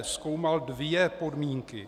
Zkoumal dvě podmínky.